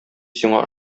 сиңа